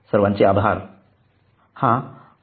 सर्वांचे आभार